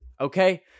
okay